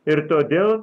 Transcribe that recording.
ir todėl